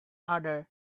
other